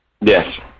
Yes